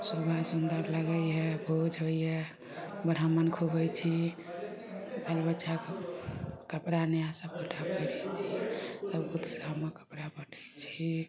शोभा सुन्दर लगय हइ भोज होइ हइ ब्राह्मण खुअबय छी बाल बच्चाके कपड़ा नया सभगोटा पहिरय छी सामक कपड़ा बाँटय छी